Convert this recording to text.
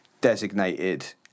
designated